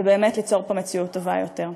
ובאמת ליצור פה מציאות טובה יותר.